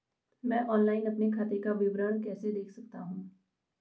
मैं ऑनलाइन अपने खाते का विवरण कैसे देख सकता हूँ?